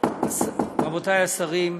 רבותי השרים,